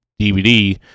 DVD